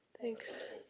thanks.